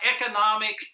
economic